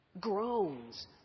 groans